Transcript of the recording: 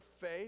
faith